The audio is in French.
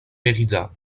mérida